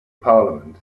parliament